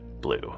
blue